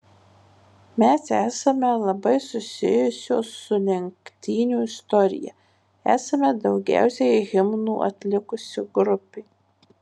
mes esame labai susijusios su lenktynių istorija esame daugiausiai himnų atlikusi grupė